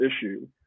issue